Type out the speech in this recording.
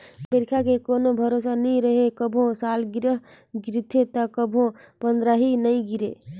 बइरखा के कोनो भरोसा नइ रहें, कभू सालगिरह गिरथे त कभू पंदरही नइ गिरे